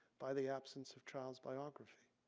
by the absence of child's biography.